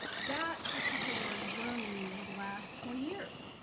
that particular journey would last twenty years.